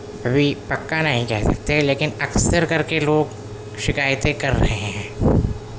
ابھی پکا نہیں کہہ سکتے لیکن اکثر کر کے لوگ شکایتیں کر رہے ہیں